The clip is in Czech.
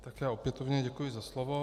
Já opětovně děkuji za slovo.